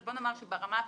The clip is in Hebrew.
אז בוא נאמר שברמה הפשוטה,